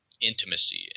intimacy